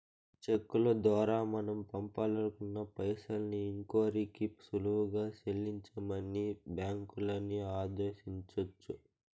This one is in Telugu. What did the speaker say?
చెక్కుల దోరా మనం పంపాలనుకున్న పైసల్ని ఇంకోరికి సులువుగా సెల్లించమని బ్యాంకులని ఆదేశించొచ్చు